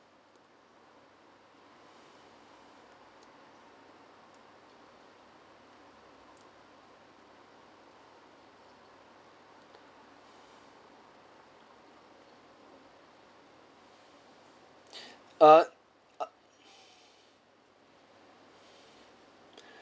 ah